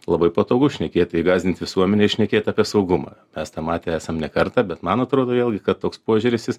labai patogu šnekėt tai gąsdint visuomenę šnekėt apie saugumą mes tą matę esam ne kartą bet man atrodo vėlgi kad toks požiūris jis